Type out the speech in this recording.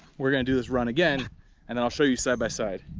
we're gonna do this run again and then i'll show you side by side.